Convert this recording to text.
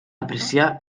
apreciar